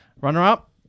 Runner-up